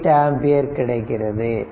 8 ampere கிடைக்கிறது